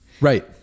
right